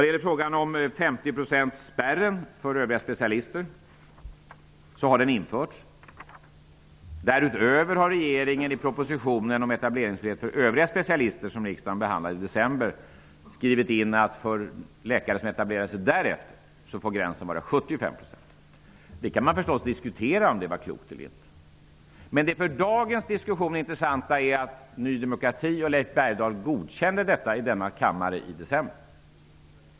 Det har införts en spärr på 50 % för övriga specialister. Därutöver har regeringen i propositionen om etableringsfrihet för övriga specialister, som riksdagen behandlade i december, skrivit in att för läkare som etablerar sig därefter är gränsen 75 %. Man kan förstås diskutera om det var klokt eller inte. Det som är intressant för dagens diskussion är att Ny demokrati och Leif Bergdahl godkände detta i denna kammare i december.